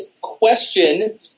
question